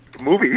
movie